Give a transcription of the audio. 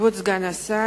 כבוד סגן השר,